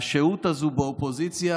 על השהות הזו באופוזיציה,